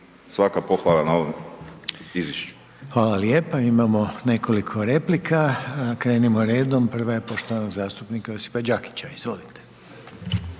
**Reiner, Željko (HDZ)** Hvala lijepa, imamo nekoliko replika. Krenimo redimo, prva je poštovanog zastupnika Josipa Đakića, izvolite.